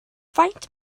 faint